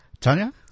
Tanya